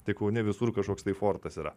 tai kaune visur kažkoks tai fortas yra